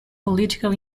political